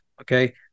Okay